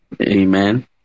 Amen